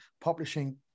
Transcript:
publishing